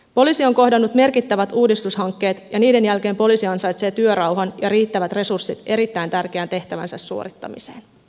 poliisi on kohdannut merkittävät uudistushankkeet ja niiden jälkeen poliisi ansaitsee työrauhan ja riittävät resurssit erittäin tärkeän tehtävänsä suorittamiseen